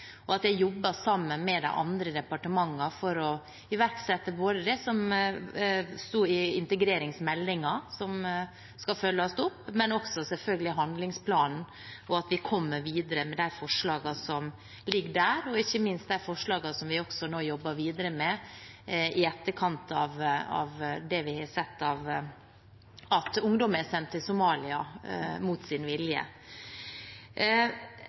og at jeg jobber sammen med de andre departementene for å iverksette det som sto i integreringsmeldingen, som skal følges opp, men også selvfølgelig handlingsplanen og at vi kommer videre med de forslagene som ligger der, og ikke minst de forslagene som vi også nå jobber videre med i etterkant av det vi har sett om at ungdom er sendt til Somalia mot sin vilje.